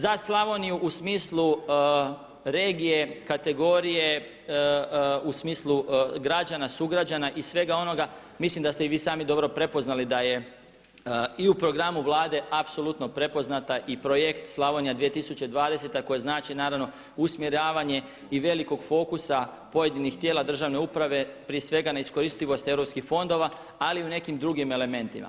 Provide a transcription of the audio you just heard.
Za Slavoniju u smislu regije kategorije, u smislu građana sugrađana i svega onoga mislim da ste i vi sami dobro prepoznali da je i u programu Vlade apsolutno prepoznata i projekt Slavonija 2020. koji znači usmjeravanje i velikog fokusa pojedinih tijela državne uprave prije svega neiskoristivosti europskih fondova, ali u nekim drugim elementima.